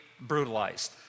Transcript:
brutalized